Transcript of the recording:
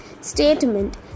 statement